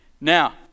Now